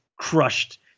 crushed